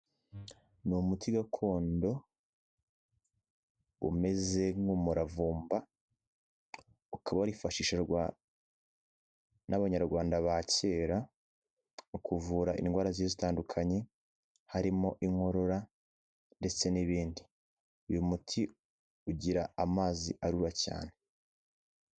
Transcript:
Ni umuti gakondo umeze nk'umuravumba, ukaba warifashishwaga n'abanyarwanda ba kera, mu kuvura indwara zitandukanye, harimo inkorora ndetse n'ibindi, uyu muti ugira amazi arura cyane.